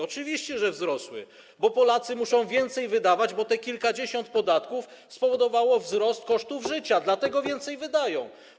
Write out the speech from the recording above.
Oczywiście, że wzrosły, bo Polacy muszą więcej wydawać, bo te kilkadziesiąt podatków spowodowało wzrost kosztów życia, dlatego więcej wydają.